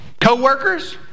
Co-workers